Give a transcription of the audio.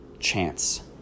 chance